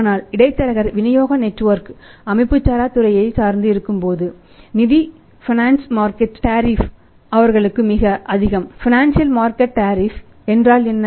ஆனால் இடைத்தரகர் விநியோக நெட்வொர்க் அமைப்புசாரா துறையைச்சார்ந்து இருக்கும்போது நிதி பைனான்சியல் மார்க்கெட் டேரீப் என்றால் என்ன